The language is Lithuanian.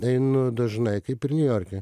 einu dažnai kaip ir niujorke